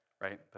right